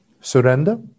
surrender